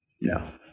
no